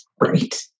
right